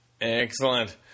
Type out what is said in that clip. excellent